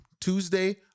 Tuesday